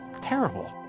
terrible